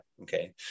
Okay